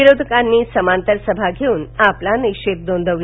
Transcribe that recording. विरोधकांनी समातर सभा घेऊन आपला निषेध नोंदवला